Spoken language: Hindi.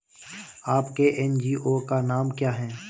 आपके एन.जी.ओ का नाम क्या है?